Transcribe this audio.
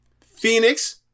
Phoenix